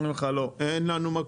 אומרים לך לא -- אין לנו מקום.